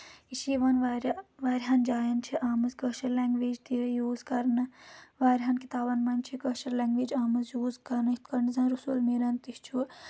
یہِ چھِ یِوان واریاہ واریاہَن جایَن چھِ آمٕژ کٲشِر لینٛگویج تہِ یوٗز کَرنہٕ واریاہَن کِتابَن منٛز چھِ کٲشِر لینٛگویج آمٕژ یوٗز کَرنہٕ یِتھ کٔنۍ زَن رسول میٖرَن تہِ چھُ